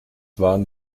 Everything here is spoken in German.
waren